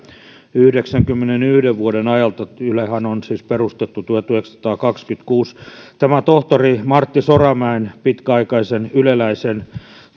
yhdeksänkymmenenyhden vuoden ajalta ylehän on siis perustettu tuhatyhdeksänsataakaksikymmentäkuusi tämä tohtori martti soramäen pitkäaikaisen yleläisen